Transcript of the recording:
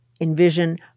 Envision